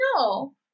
no